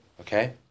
Okay